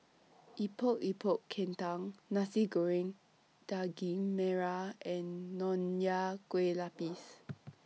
Epok Epok Kentang Nasi Goreng Daging Merah and Nonya Kueh Lapis